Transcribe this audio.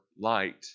light